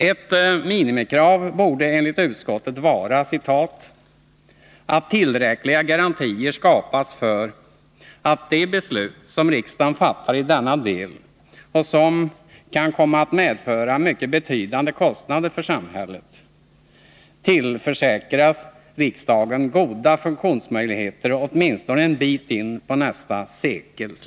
Ett minimikrav borde enligt utskottet vara ”att tillräckliga garantier skapas för att de beslut som riksdagen fattar i denna del och som kan komma att medföra mycket betydande kostnader för samhället, tillförsäkrar riksdagen goda funktionsmöjligheter åtminstone en bit in på nästa sekel”.